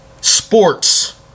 sports